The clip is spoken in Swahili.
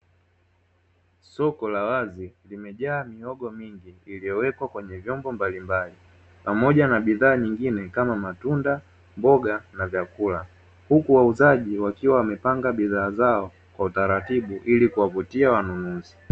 Soko la wazi limejaa mihogo mingi iliyowekwa kwenye vyombo mbalimbali, pamoja na bidhaa nyingine kama matunda, mboga na vyakula. Huku wauzaji wakiwa wamepanga bidhaa zao kwa utaratibu ili kuwavutia wanunuzi.